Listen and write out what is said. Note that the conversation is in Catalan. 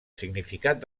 significat